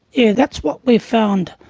yeah that's what we've found.